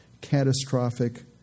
catastrophic